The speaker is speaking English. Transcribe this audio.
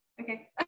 okay